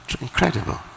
incredible